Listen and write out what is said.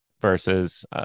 versus